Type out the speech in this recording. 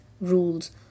rules